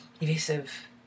evasive